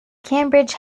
cambridge